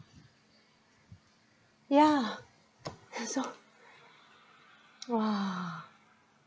yeah I also !wah!